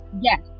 Yes